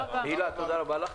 הילה, תודה רבה לך.